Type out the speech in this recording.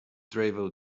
travel